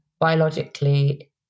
biologically